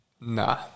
Nah